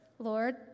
Lord